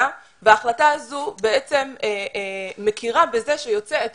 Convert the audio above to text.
וההחלטה הזו בעצם מכירה בזה שיוצאי אתיופיה,